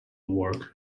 work